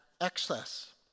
excess